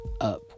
up